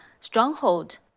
stronghold